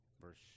Verse